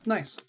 Nice